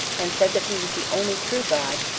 and said that he was the only true god,